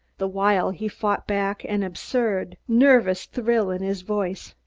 the while he fought back an absurd, nervous thrill in his voice.